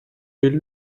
est